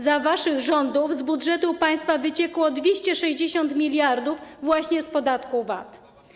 Za waszych rządów z budżetu państwa wyciekło 260 mld zł właśnie z podatku VAT.